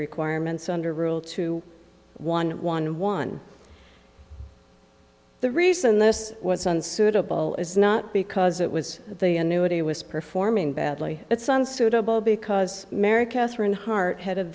requirements under rule two one one one the reason this was unsuitable is not because it was the annuity was performing badly it sun suitable because mary katherine hart had